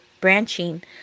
branching